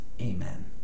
Amen